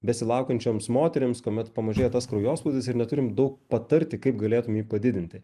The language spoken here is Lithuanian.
besilaukiančioms moterims kuomet pamažėja tas kraujospūdis ir neturim daug patarti kaip galėtum jį padidinti